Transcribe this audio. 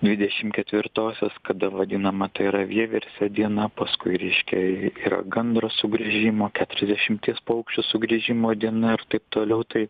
dvidešimt ketvirtosios kada vadinama tai yra vieversio diena paskui ryškiai ir gandro sugrįžimo keturiasdešimties paukščių sugrįžimo diena ir taip toliau tai